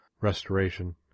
restoration